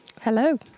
Hello